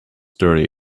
dirty